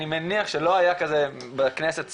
אני מניח שלא היה כזה בכנסת ספציפי,